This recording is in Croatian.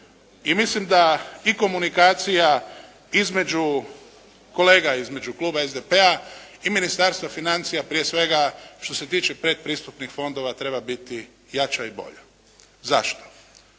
mislim da i komunikacija između kolega, između kluba SDP-a i Ministarstva financija prije svega što se tiče predpristupnih fondova treba biti jača i bolja. Zašto?